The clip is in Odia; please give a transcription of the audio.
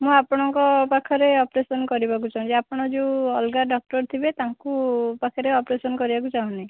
ମୁଁ ଆପଣଙ୍କ ପାଖରେ ଅପରେସନ୍ କରିବାକୁ ଚାହୁଁଛି ଆପଣ ଯେଉଁ ଅଲଗା ଡକ୍ଟର୍ ଥିବେ ତାଙ୍କୁ ପାଖରେ ଅପରେସନ୍ କରିବାକୁ ଚାହୁଁନି